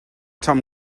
tom